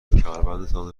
کمربندتان